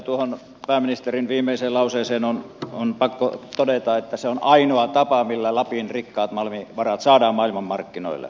tuohon pääministerin viimeiseen lauseeseen on pakko todeta että se on ainoa tapa millä lapin rikkaat malmivarat saadaan maailmanmarkkinoille